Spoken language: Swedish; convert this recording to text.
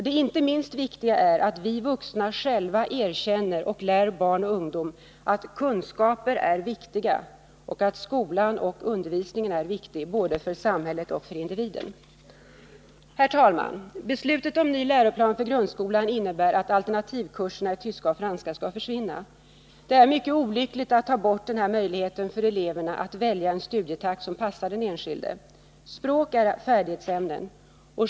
Det inte minst viktiga är att vi vuxna själva erkänner och lär barn och ungdom att kunskaper är viktiga och att skolan och undervisningen är viktiga — både för samhället och för individen. Herr talman! Beslutet om ny läroplan för grundskolan innebär att alternativkurserna i tyska och franska skall försvinna. Det är mycket olyckligt att ta bort den här möjligheten för elever att välja en studietakt som passar den enskilde. Språk är färdighetsämnen.